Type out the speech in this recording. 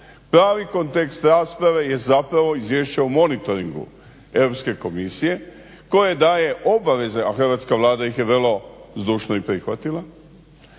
Pravi kontekst rasprave je zapravo Izvješće o monitoringu Europske komisije koje daje obaveze, a Hrvatska vlada ih je vrlo zdušno i prihvatila